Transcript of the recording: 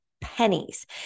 pennies